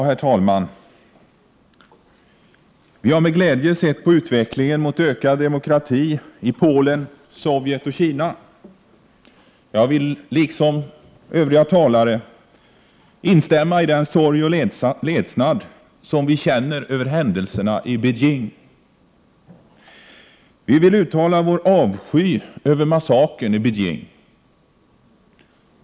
Herr talman! Vi har med glädje sett utvecklingen mot ökad demokrati i Polen, Sovjet och Kina. Jag vill instämma med övriga talare i den sorg och ledsnad som vi känner över händelserna i Beijing. Vi vill uttala vår avsky över massakern i Beijing.